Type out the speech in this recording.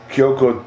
Kyoko